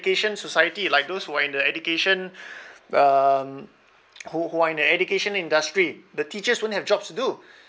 education society like those who are in the education um who who are in the education industry the teachers won't have jobs to do